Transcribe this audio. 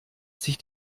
sich